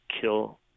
kill